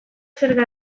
zerga